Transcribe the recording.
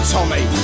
Tommy